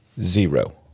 zero